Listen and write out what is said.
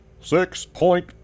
six-point